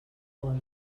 vol